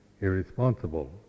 irresponsible